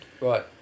Right